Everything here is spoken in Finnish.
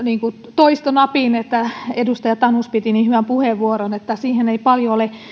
toistonapin edustaja tanus piti niin hyvän puheenvuoron että siihen ei paljon ole